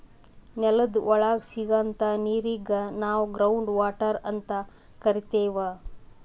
ನೆಲದ್ ಒಳಗ್ ಸಿಗಂಥಾ ನೀರಿಗ್ ನಾವ್ ಗ್ರೌಂಡ್ ವಾಟರ್ ಅಂತ್ ಕರಿತೀವ್